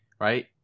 Right